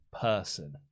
person